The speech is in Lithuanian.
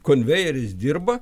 konvejeris dirba